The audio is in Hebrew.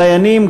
דיינים,